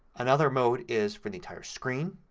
another mode is for the entire screen